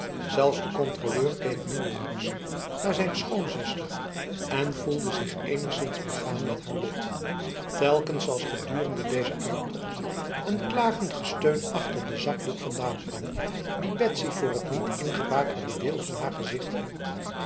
zelfs de controleur keek minder nors naar zijn schoonzuster en voelde zich enigszins begaan met haar lot telkens als gedurende deze uittocht een klagend gesteun achter de zakdoek vandaan kwam die betsy voor t niet ingebakerde deel van haar gezicht hield